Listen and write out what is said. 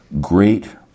great